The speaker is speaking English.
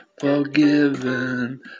forgiven